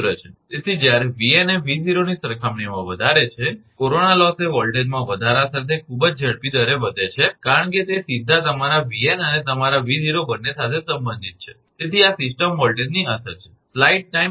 તેથી જ્યારે 𝑉𝑛 એ 𝑉0 ની સરખામણીમાં વધારે છે કોરોના લોસ એ વોલ્ટેજમાં વધારો સાથે ખૂબ જ ઝડપી દરે વધે છે કારણ કે તે સીધા તમારા 𝑉𝑛 અને તમારા 𝑉0 બંને સાથે સંબંધિત છે તેથી આ સિસ્ટમ વોલ્ટેજની અસર છે